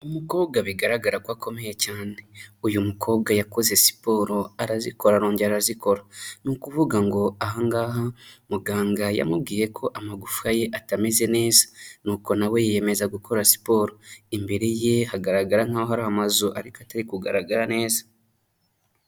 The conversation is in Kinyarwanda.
Umukobwa bigaragara ko akomeye cyane, uyu mukobwa yakoze siporo, arazikora, arongera arazikora, ni ukuvuga ngo aha ngaha muganga yamubwiye ko amagufwa ye atameze neza nuko na we yiyemeza gukora siporo, imbere ye hagaragara nk'aho hari amazu ariko atari kugaragara neza.